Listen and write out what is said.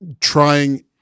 trying